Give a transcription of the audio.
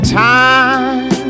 time